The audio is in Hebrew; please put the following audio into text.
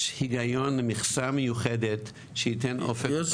היגיון למכסה מיוחדת שתיתן אופק --- יוסף,